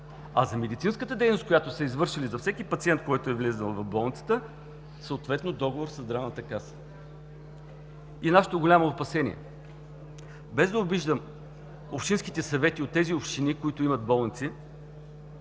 а за медицинската дейност, която са извършили за всеки пациент, който е влизал в болницата, съответно договор със Здравната каса. Нашето голямо опасение – без да обиждам общинските съвети от тези общини, които имат болници,